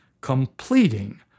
completing